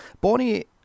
Bonnie